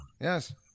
yes